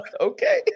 Okay